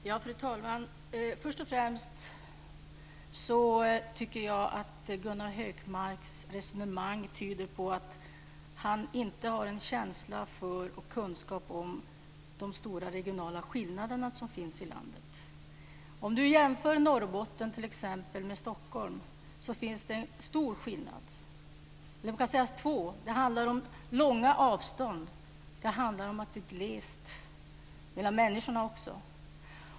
Fru talman! Först och främst tycker jag att Gunnar Hökmarks resonemang tyder på att han inte har känsla för och kunskap om de stora regionala skillnader som finns i landet. Om man jämför Norrbotten med t.ex. Stockholm ser man att det finns två stora skillnader. Det handlar om långa avstånd och det handlar om att det är glest mellan människorna.